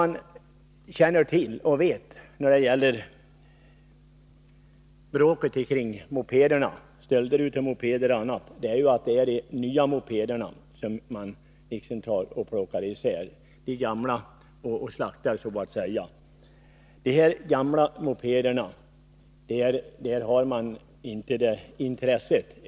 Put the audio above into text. När det gäller bråket om mopeder med anledning av stölder och annat förhåller det sig så, att det är nya mopeder som plockas isär, ”slaktas” så att säga. För de gamla mopederna finns det egentligen inte något intresse.